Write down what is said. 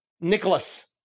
Nicholas